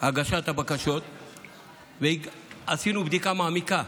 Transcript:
הגשת הבקשות ועשינו בדיקה מעמיקה.